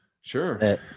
Sure